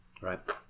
Right